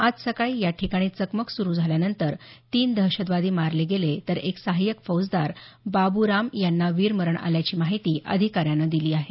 आज सकाळी या ठिकाणी चकमक सुरू झाल्यानंतर तीन दहशतवादी मारले गेले तर एक सहायक फौजदार बाबू राम यांना वीर मरण आल्याची माहिती अधिकाऱ्यांनी दिली आहे